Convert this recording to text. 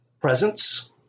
presence